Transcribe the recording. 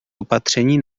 opatření